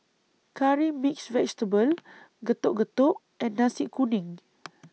Curry Mixed Vegetable Getuk Getuk and Nasi Kuning